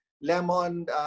Lemon